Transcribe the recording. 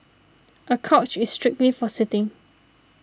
a couch is strictly for sitting